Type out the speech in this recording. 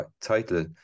title